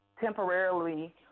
temporarily